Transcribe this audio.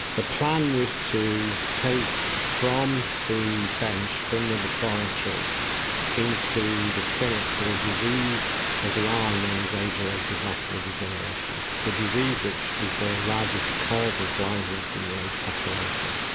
the plan was to take from the bench, from the laboratory into the clinic for a disease of the eye known as age-related macular degeneration, a disease which is the largest cause of blindness in the aged population,